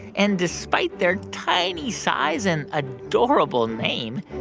and despite their tiny size and adorable name,